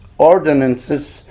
ordinances